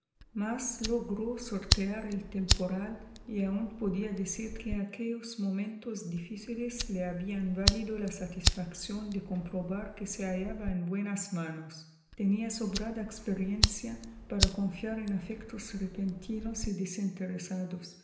mas logró sortear el temporal y aun podía decir que aquellos difíciles momentos le habían valido la satisfacción de comprobar que se hallaba en buenas manos tenía sobrada experiencia para confiar en afectos repentinos y desinteresados